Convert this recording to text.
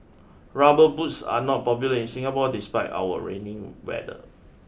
rubber boots are not popular in Singapore despite our rainy weather